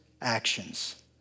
actions